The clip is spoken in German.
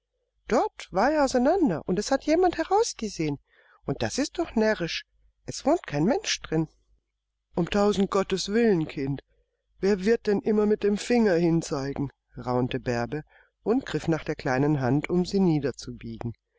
dort war er auseinander und es hat jemand herausgesehen und das ist doch närrisch es wohnt kein mensch drin um tausend gotteswillen kind wer wird denn immer mit dem finger hinzeigen raunte bärbe und griff nach der kleinen hand um sie niederzubiegen